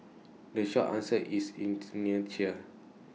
the short answer is inertia